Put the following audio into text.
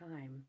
time